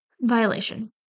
Violation